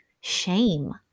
shame